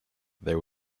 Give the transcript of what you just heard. there